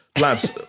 lads